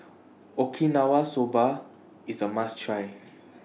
Okinawa Soba IS A must Try